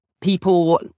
people